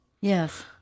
Yes